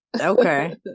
okay